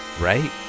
right